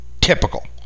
typical